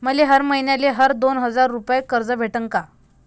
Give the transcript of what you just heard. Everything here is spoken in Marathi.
मले हर मईन्याले हर दोन हजार रुपये कर्ज भेटन का?